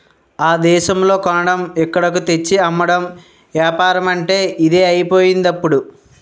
ఆ దేశంలో కొనడం ఇక్కడకు తెచ్చి అమ్మడం ఏపారమంటే ఇదే అయిపోయిందిప్పుడు